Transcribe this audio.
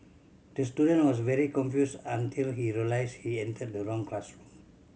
the student was very confused until he realised he entered the wrong classroom